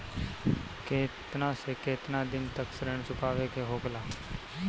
केतना से केतना दिन तक ऋण चुकावे के होखेला?